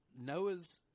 Noah's